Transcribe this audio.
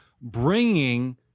bringing